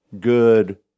good